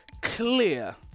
clear